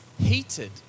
heated